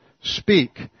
speak